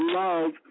love